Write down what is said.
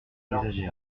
exagéré